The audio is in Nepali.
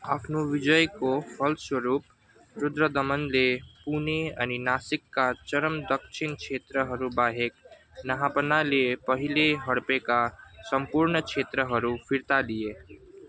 आफ्नो विजयको फलस्वरूप रुद्रदमनले पुणे अनि नासिकका चरम दक्षिण क्षेत्रहरूबाहेक नहापानाले पहिले हड्पेका सम्पूर्ण क्षेत्रहरू फिर्ता लिए